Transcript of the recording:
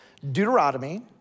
Deuteronomy